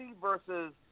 versus